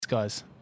Guys